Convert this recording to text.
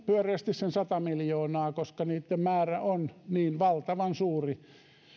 pyöreästi ehkä sen sata miljoonaa koska niitten määrä on niin valtavan suuri